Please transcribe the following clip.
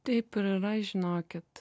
taip ir yra žinokit